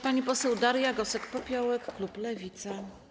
Pani poseł Daria Gosek-Popiołek, klub Lewica.